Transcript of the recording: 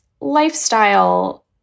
lifestyle